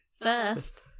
First